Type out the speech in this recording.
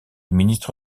ministre